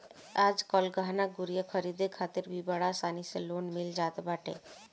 आजकल गहना गुरिया खरीदे खातिर भी बड़ा आसानी से लोन मिल जात बाटे